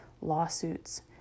lawsuits